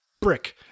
brick